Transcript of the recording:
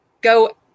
go